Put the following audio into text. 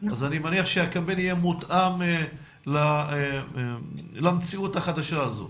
אז אני מניח שהקמפיין יהיה מותאם למציאות החדשה הזאת.